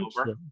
over